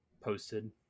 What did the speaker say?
posted